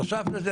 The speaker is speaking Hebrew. נוסף לזה,